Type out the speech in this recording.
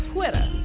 Twitter